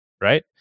right